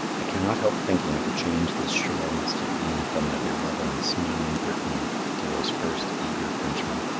i cannot help thinking of the change this shore must have been from their beloved and smiling brittany to those first eager frenchmen.